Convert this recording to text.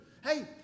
Hey